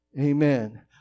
amen